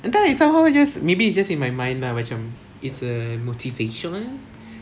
and then I somehow just maybe it's just in my mind lah macam it's a motivation